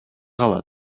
калат